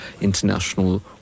international